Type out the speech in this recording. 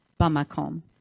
bamakom